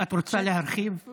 את רוצה להרחיב,